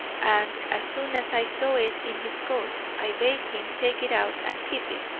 and as soon as i saw it in his coat, i bade him take it out and keep it,